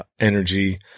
energy